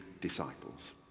disciples